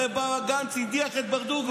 הרי בא גנץ, הדיח את ברדוגו.